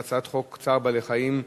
על בעלי-חיים)